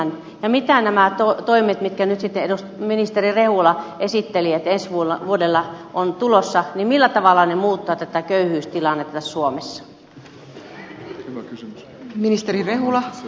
millä tavalla nämä toimet mitkä nyt sitten ministeri rehula esitteli joita ensi vuonna on tulossa muuttavat tätä köyhyystilannetta suomessa